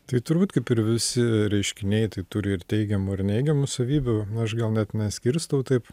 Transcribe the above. tai turbūt kaip ir visi reiškiniai tai turi ir teigiamų ir neigiamų savybių nu aš gal net neskirstau taip